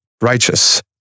righteous